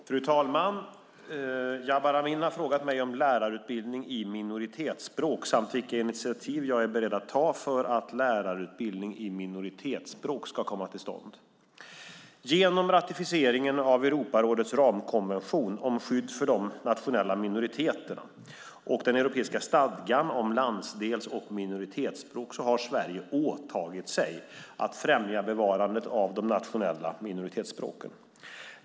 Fru talman! Jabar Amin har frågat mig om lärarutbildning i minoritetsspråk samt vilka initiativ jag är beredd att ta för att lärarutbildning i minoritetsspråk ska komma till stånd. Genom ratificeringen av Europarådets ramkonvention om skydd för nationella minoriteter och den europeiska stadgan om landsdels och minoritetsspråk har Sverige åtagit sig att främja bevarandet av de nationella minoritetsspråken.